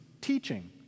teaching